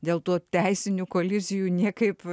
dėl tų teisinių kolizijų niekaip